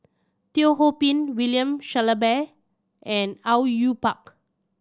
Teo Ho Pin William Shellabear and Au Yue Pak